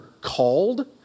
called